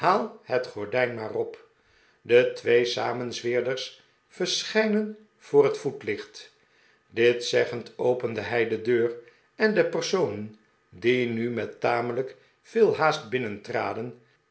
het gordijn maar op de twee samenzweerders verschijnen voor het voetlicht dit zeggend opende hij de deur en de personen die nit met tamelijk veel haast